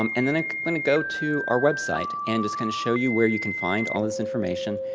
um and then, i'm going to go to our website, and just going to show you where you can find all this information,